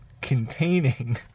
containing